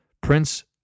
Prince